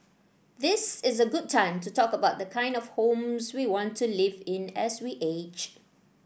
this is a good time to talk about the kind of homes we want to live in as we age